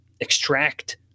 extract